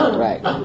right